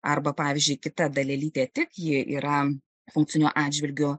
arba pavyzdžiui kita dalelytė tik ji yra funkciniu atžvilgiu